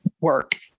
work